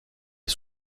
est